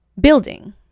building